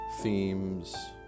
themes